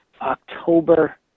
October